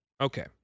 Okay